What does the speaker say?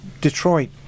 Detroit